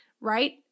right